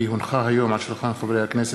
כי הונחו היום שולחן הכנסת,